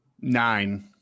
nine